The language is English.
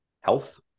health